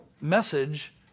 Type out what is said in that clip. message